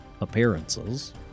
appearances